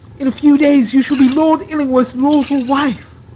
in a few days you shall be lord illingworth's lawful wife.